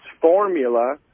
formula